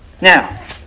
Now